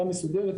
החברה מסודרת,